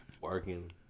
working